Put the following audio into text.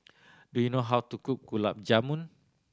do you know how to cook Gulab Jamun